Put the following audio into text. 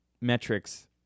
metrics